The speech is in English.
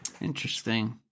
Interesting